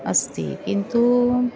अस्ति किन्तु